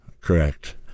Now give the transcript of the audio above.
Correct